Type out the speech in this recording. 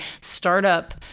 startup